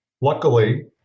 Luckily